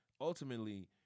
ultimately